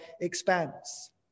expands